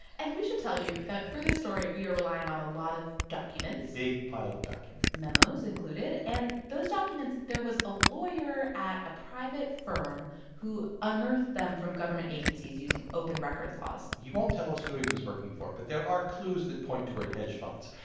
and we should tell you that, for this story, we are relying on a lot of documents. big pile of documents. memos included. and those documents there was a lawyer at a private firm who unearthed them from government agencies using open records laws he won't tell us who he was working for, but there are clues that point toward hedge funds.